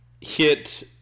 hit